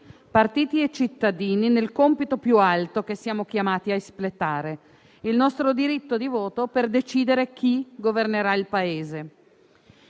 partiti e cittadini, nel compito più alto che siamo chiamati a espletare: il nostro diritto di voto per decidere chi governerà il Paese.